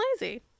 lazy